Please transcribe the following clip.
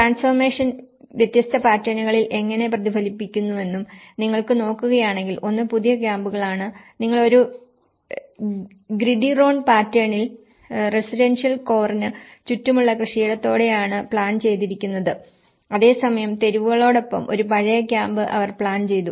transformation വ്യത്യസ്ത പാറ്റേണുകളിൽ എങ്ങനെ പ്രതിഫലിക്കുന്നുവെന്നും നിങ്ങൾ നോക്കുകയാണെങ്കിൽ ഒന്ന് പുതിയ ക്യാമ്പുകളാണ് നിങ്ങൾ ഒരു ഗ്രിഡിറോൺ പാറ്റേണിൽ റെസിഡൻഷ്യൽ കോറിന് ചുറ്റുമുള്ള കൃഷിയിടങ്ങളോടെയാണ് പ്ലാൻ ചെയ്തിരിക്കുന്നത് അതേസമയം തെരുവുകളോടൊപ്പം ഒരു പഴയ ക്യാമ്പ് അവർ പ്ലാൻ ചെയ്തു